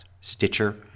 Stitcher